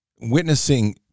witnessing